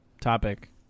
topic